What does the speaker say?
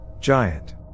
giant